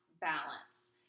balance